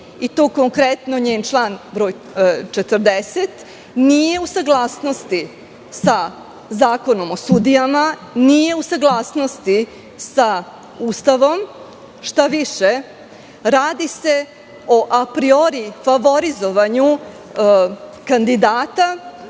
i to konkretno njen član broj 40, nije u saglasnosti sa Zakonom o sudijama, nije u saglasnosti sa Ustavom. Štaviše, radi se o apriori favorizovanju kandidata